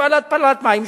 מפעל להתפלת מים,